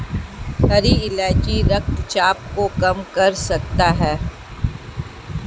हरी इलायची रक्तचाप को कम कर सकता है